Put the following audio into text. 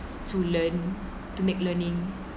to learn to make learning